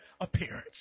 appearance